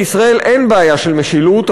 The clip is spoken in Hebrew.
בישראל אין בעיה של משילות,